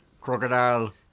Crocodile